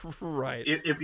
Right